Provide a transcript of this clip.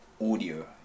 audio